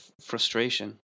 frustration